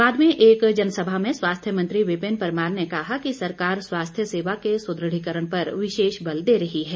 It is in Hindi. बाद में एक जनसभा में स्वास्थ्य मंत्री विपिन परमार ने कहा कि सरकार स्वास्थ्य सेवा के सुद्रढ़ीकरण पर विशेष बल दे रही है